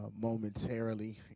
momentarily